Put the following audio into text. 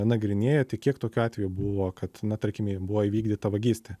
nagrinėja tai kiek tokių atvejų buvo kad na tarkime buvo įvykdyta vagystė